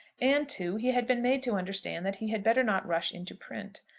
and, too, he had been made to understand that he had better not rush into print.